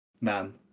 man